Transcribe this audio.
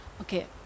Okay